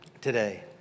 today